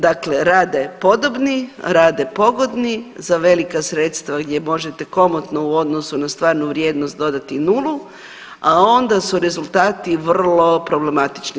Dakle, rade podobni, rade pogodni za velika sredstva gdje možete komotno u odnosu na stvarnu vrijednost dodati nulu, a onda su rezultati vrlo problematični.